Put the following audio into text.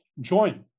Join